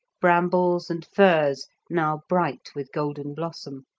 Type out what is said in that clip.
brambles and furze now bright with golden blossom.